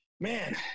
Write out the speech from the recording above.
man